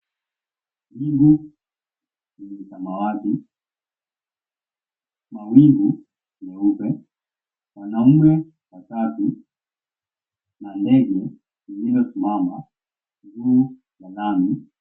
Mbingu lenye samawati. Mawingu nyeupe. Wanaume watatu na ndege iliyosimama juu ya lami.